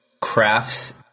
crafts